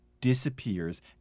disappears